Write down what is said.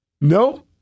No